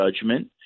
judgment